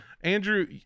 Andrew